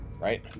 Right